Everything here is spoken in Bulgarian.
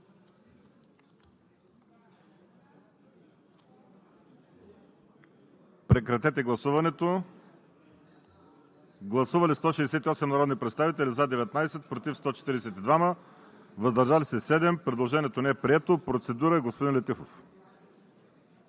ВАЛЕРИ СИМЕОНОВ: Гласували 168 народни представители: за 19, против 142, въздържали се 7. Предложението не е прието. Процедура – господин Летифов.